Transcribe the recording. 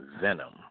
Venom